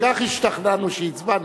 אנחנו כבר כל כך השתכנענו, שהצבענו.